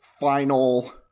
final